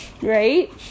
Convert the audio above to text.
Right